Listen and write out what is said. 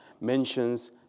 mentions